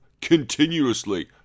continuously